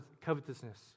covetousness